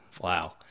Wow